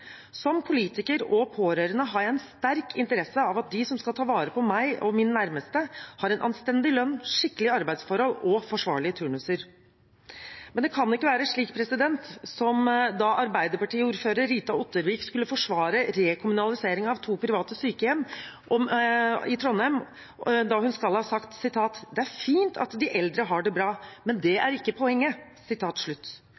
Som politiker og pårørende har jeg en sterk interesse av at de som skal ta vare på meg og mine nærmeste, har en anstendig lønn, skikkelige arbeidsforhold og forsvarlige turnuser. Det kan ikke være slik som da Arbeiderparti-ordfører Rita Ottervik skulle forsvare rekommunalisering av to private sykehjem i Trondheim og skal ha sagt: Det er fint at de eldre har det bra, men det